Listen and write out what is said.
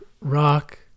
rock